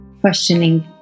questioning